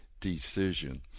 decision